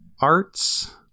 arts